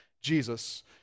jesus